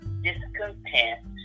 discontent